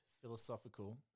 philosophical